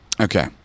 Okay